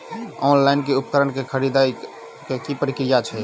Online मे उपकरण केँ खरीदय केँ की प्रक्रिया छै?